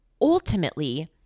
ultimately